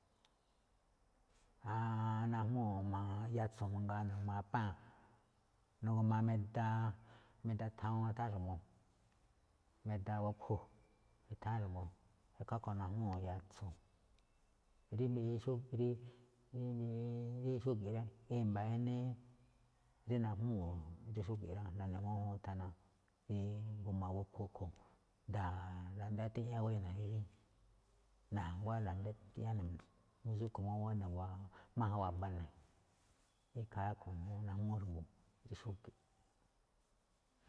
Aan najmúú ma najmúu̱n má yatso̱ mangaa, najmaa paa̱n, na̱gu̱ma meda, meda thawuun itháán xa̱bo̱, meda bupho, itháán xa̱bo̱, ikhaa rúꞌkhue̱n najmúu̱n yatso̱. Rí mbiꞌi xúge̱ꞌ, rí mbiꞌi xúge̱ꞌ ráꞌ, i̱mba̱ inii rí najmúu̱, rí xúge̱ꞌ rá, na̱gu̱ma mújúun thana, rí g a bupho̱ a̱ꞌkhue̱n ndaa ra̱ndátiꞌñá guéño ne̱ rí, na̱nguá ndaa tiꞌñá, jamí xúꞌkhue̱n buéna̱ wáa máján waba ne̱, ikhaa rúꞌkhue̱n najmúú xa̱bo̱ rí xúge̱ꞌ.